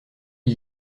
les